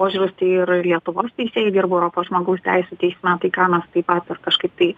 užrūsty ir lietuvos teisėjai dirbo europos žmogaus teisių teisme tai ką mes taip ar kažkaip tai